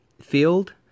field